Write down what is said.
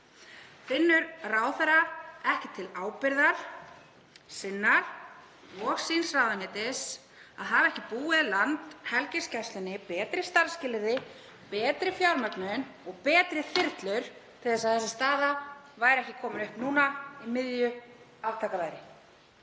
Finnur ráðherra ekki til ábyrgðar sinnar og síns ráðuneytis, að hafa ekki búið Landhelgisgæslunni betri starfsskilyrði, betri fjármögnun og betri þyrlur til að þessi staða væri ekki komin upp núna í miðju aftakaveðri?